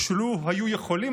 ושלו היו יכולים,